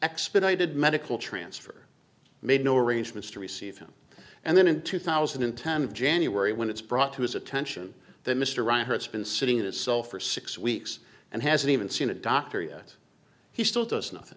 expedited medical transfer made no arrangements to receive him and then in two thousand and ten of january when it's brought to his attention that mr reiner it's been sitting in itself for six weeks and hasn't even seen a doctor yet he still does nothing